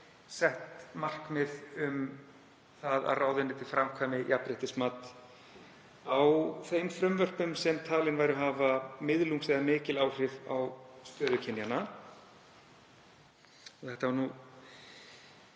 sett markmið um að ráðuneytið framkvæmdi jafnréttismat á þeim frumvörpum sem talin væru hafa miðlungs eða mikil áhrif á stöðu kynjanna. Þetta var